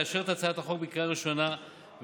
לאשר את הצעת החוק בקריאה ראשונה ולהעבירה